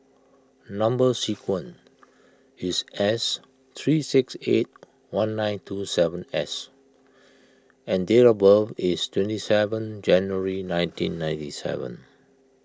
Number Sequence is S three six eight one nine two seven S and date of birth is twenty seven January one thousand nine hundred and ninety seven